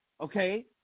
okay